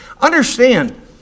Understand